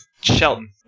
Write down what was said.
Shelton